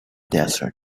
desert